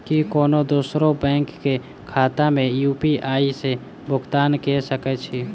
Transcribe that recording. की कोनो दोसरो बैंक कऽ खाता मे यु.पी.आई सऽ भुगतान कऽ सकय छी?